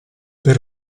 per